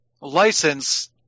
license –